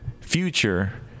future